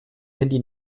handy